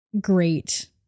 great